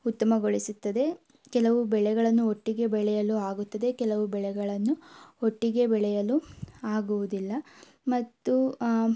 ಉತ್ತಮಗೊಳಿಸುತ್ತದೆ ಕೆಲವು ಬೆಳೆಗಳನ್ನು ಒಟ್ಟಿಗೆ ಬೆಳೆಯಲು ಆಗುತ್ತದೆ ಕೆಲವು ಬೆಳೆಗಳನ್ನು ಒಟ್ಟಿಗೆ ಬೆಳೆಯಲು ಆಗುವುದಿಲ್ಲ ಮತ್ತು